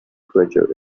treasure